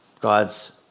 God's